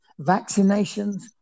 vaccinations